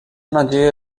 nadzieję